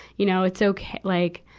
you know, it's okay like,